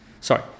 sorry